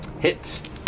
Hit